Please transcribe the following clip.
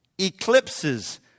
eclipses